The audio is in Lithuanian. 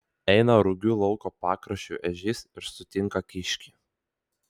eina rugių lauko pakraščiu ežys ir sutinka kiškį